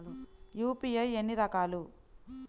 UPI ఎన్ని రకాలు?